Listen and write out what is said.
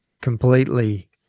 completely